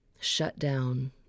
shutdown